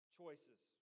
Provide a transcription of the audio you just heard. choices